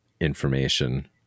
information